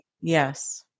Yes